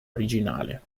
originale